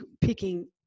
picking